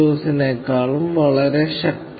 dose നേക്കാൾ വളരെ ശക്തമാണ്